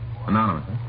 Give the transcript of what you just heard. Anonymous